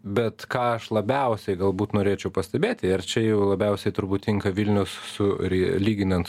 bet ką aš labiausiai galbūt norėčiau pastebėti ir čia jau labiausiai turbūt tinka vilnius su lyginant